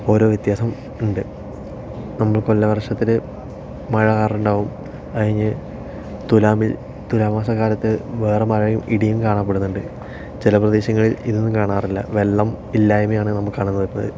ഓരോ വ്യത്യാസം ഉണ്ട് നമ്മൾ കൊല്ലവർഷത്തിൽ മഴ കാണാറുണ്ടാകും അത് കഴിഞ്ഞ് തുലാമിൽ തുലാമാസത്തിൽ വേറെ മഴയും ഇടിയും കാണപ്പെടുന്നുണ്ട് ചില പ്രദേശങ്ങളിൽ ഇതൊന്നും കാണാറില്ല വെള്ളം ഇല്ലായ്മയാണ് നമ്മൾ കാണുന്നത്